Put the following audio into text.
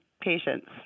patients